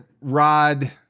Rod